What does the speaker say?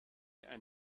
and